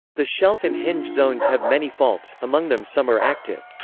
the shelf and hinge zones have many faults, among them some are active.